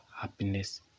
happiness